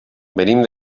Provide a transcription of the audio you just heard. venim